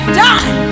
done